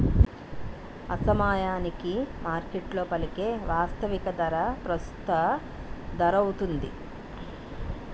ఆసమయానికి మార్కెట్లో పలికే వాస్తవిక ధర ప్రస్తుత ధరౌతుంది